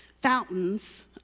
Fountains